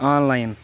on line